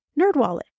NerdWallet